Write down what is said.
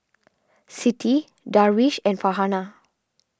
Siti Darwish and Farhanah